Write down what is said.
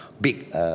big